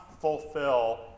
fulfill